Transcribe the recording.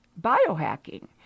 biohacking